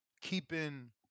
keeping